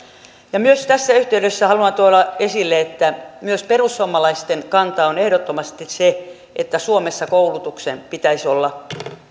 myös tässä yhteydessä haluan tuoda esille että myös perussuomalaisten kanta on ehdottomasti se että suomessa koulutuksen pitäisi olla